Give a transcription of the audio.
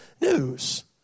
news